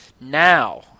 Now